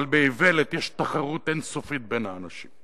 אבל באיוולת יש תחרות אין-סופית בין האנשים.